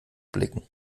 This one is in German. blicken